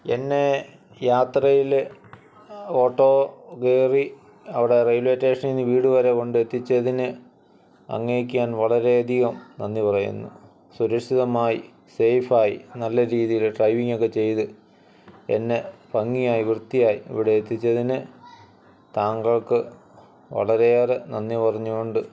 എന്നെ യാത്രയില് ഓട്ടോ കയറി അവിടെ റെയിൽവേ സ്റ്റേഷനീന്ന് വീടുവരെ കൊണ്ടെത്തിച്ചതിന് അങ്ങേക്കു ഞാൻ വളരെയധികം നന്ദി പറയുന്നു സുരക്ഷിതമായി സേഫായി നല്ല രീതിയില് ഡ്രൈവിങൊക്കെ ചെയ്ത് എന്നെ ഭംഗിയായി വൃത്തിയായി ഇവിടെ എത്തിച്ചതിന് താങ്കൾക്ക് വളരെയേറെ നന്ദി പറഞ്ഞുകൊണ്ട്